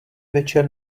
večer